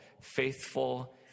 Faithful